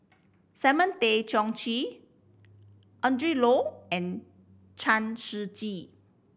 Simon Tay Seong Chee Adrin Loi and Chen Shiji